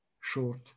short